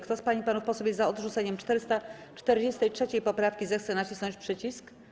Kto z pań i panów posłów jest za odrzuceniem 443. poprawki, zechce nacisnąć przycisk.